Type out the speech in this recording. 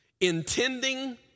intending